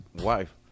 wife